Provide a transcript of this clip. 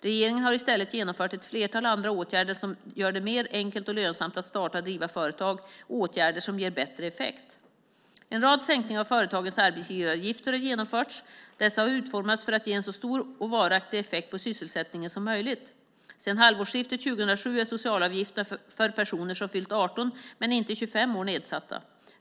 Regeringen har i stället genomfört ett flertal andra åtgärder som gör det mer enkelt och lönsamt att starta och driva företag, åtgärder som ger bättre effekt. En rad sänkningar av företagens arbetsgivaravgifter har genomförts. Dessa har utformats för att ge en så stor och varaktig effekt på sysselsättningen som möjligt. Sedan halvårsskiftet 2007 är socialavgifterna för personer som fyllt 18 men inte 25 år nedsatta.